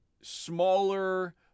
smaller